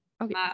Okay